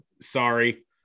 sorry